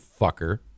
fucker